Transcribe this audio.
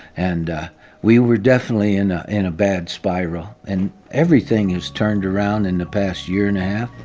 and we were definitely in ah in a bad spiral. and everything has turned around in the past year and a half.